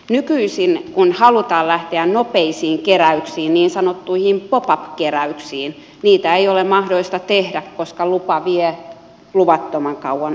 nykyisin kun halutaan lähteä nopeisiin keräyksiin niin sanottuihin pop up keräyksiin niitä ei ole mahdollista tehdä koska luvan saaminen vie luvattoman kauan aikaa